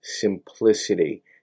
simplicity